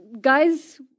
Guys